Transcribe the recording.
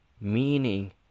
Meaning